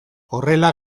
horrela